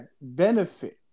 benefit